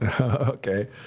Okay